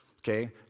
Okay